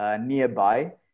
Nearby